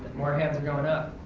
more hands going up.